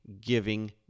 giving